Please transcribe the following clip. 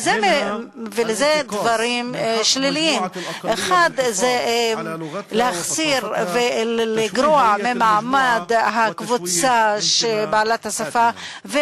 אלה דברים שליליים: להחסיר ולגרוע ממעמד הקבוצה שבעלת השפה,